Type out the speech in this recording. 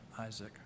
Isaac